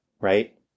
right